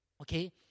okay